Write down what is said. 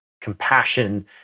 compassion